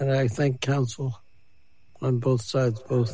and i think counsel on both sides